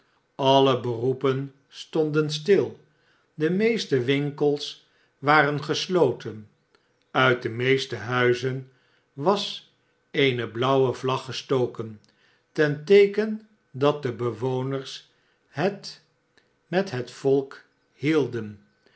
alle beroepen stonden stil de meeste winkels waren gesloten uit de meeste huizen was eene blauwe vlag gestoken ten teeken dat de bewoners het met het volk hielden